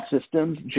systems